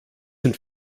sind